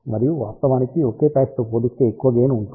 మరియు వాస్తవానికి ఒకే పాచ్తో పోలిస్తే ఎక్కువ గెయిన్ ఉంటుంది